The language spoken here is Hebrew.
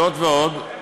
זאת ועוד,